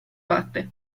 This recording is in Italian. batte